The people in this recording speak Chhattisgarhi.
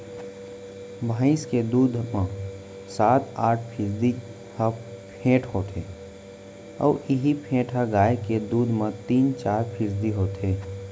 भईंस के दूद म सात आठ फीसदी ह फेट होथे अउ इहीं फेट ह गाय के दूद म तीन चार फीसदी होथे